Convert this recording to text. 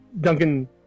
Duncan